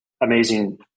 amazing